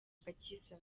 agakiza